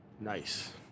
nice